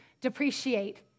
depreciate